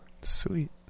Sweet